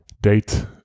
date